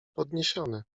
podniesiony